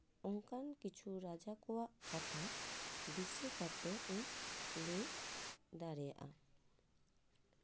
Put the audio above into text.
ᱚᱱᱠᱟᱱ ᱠᱤᱪᱷᱩ ᱨᱟᱡᱟ ᱠᱚᱣᱟᱜ ᱠᱟᱛᱷᱟ ᱫᱤᱥᱟᱹ ᱠᱟᱛᱮᱜ ᱤᱧ ᱞᱟᱹᱭ ᱫᱟᱲᱮᱭᱟᱜᱼᱟ